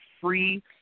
free